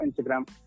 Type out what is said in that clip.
Instagram